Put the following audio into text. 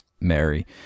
Mary